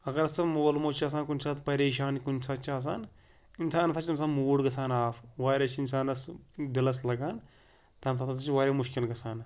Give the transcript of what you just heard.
اگر سا مول موج چھِ آسان کُنہِ ساتہٕ پریشان کُنہِ ساتہٕ چھِ آسان اِنسانَس چھِ تَمہِ ساتہٕ موٗڈ گژھان آف واریاہ چھِ اِنسانَس دِلَس لگان تَمہِ ساتٕ ہَسا چھِ واریاہ مُشکل گژھان